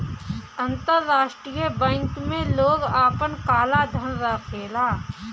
अंतरराष्ट्रीय बैंक में लोग आपन काला धन रखेला